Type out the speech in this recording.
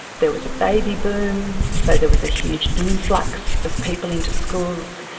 there was a baby boom so there was a huge influx of people into schools.